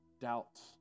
doubts